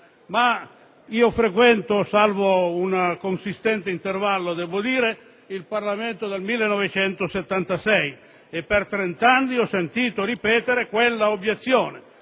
ma io frequento, salvo un consistente intervallo, il Parlamento dal 1976, e per trent'anni ho sentito ripetere quella obiezione,